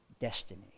destiny